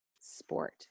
sport